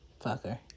Fucker